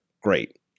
Great